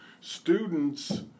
students